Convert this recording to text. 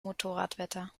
motorradwetter